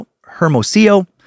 Hermosillo